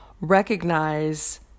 recognize